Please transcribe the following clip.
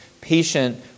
patient